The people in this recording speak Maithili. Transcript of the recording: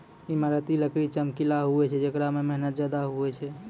ईमारती लकड़ी चमकिला हुवै छै जेकरा मे मेहनत ज्यादा हुवै छै